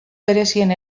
berezien